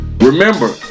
remember